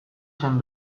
zen